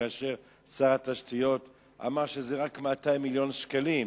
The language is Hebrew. כאשר שר התשתיות אמר שזה רק 200 מיליון שקלים.